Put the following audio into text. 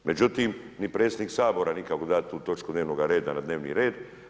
Međutim, ni predsjednik Sabora nikako da da tu točku dnevnoga reda na dnevni red.